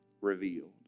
revealed